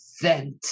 vent